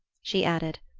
she added,